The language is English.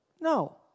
No